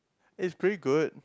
it's pretty good